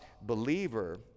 believer